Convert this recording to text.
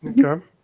Okay